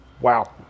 wow